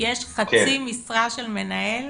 יש חצי משרה של מנהל,